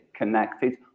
Connected